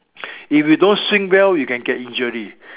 if you don't swing well you can get injury